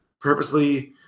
purposely